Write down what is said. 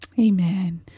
Amen